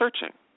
searching